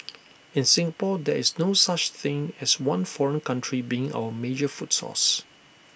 in Singapore there is no such thing as one foreign country being our major food source